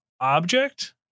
object